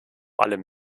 allem